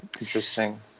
Interesting